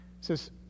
says